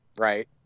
right